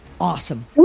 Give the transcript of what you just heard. Awesome